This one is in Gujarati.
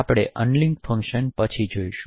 આપણે અનલિંક ફંક્શન પછી જોશું